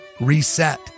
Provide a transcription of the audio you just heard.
reset